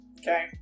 okay